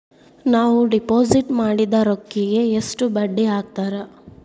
ನಾವು ಡಿಪಾಸಿಟ್ ಮಾಡಿದ ರೊಕ್ಕಿಗೆ ಎಷ್ಟು ಬಡ್ಡಿ ಹಾಕ್ತಾರಾ?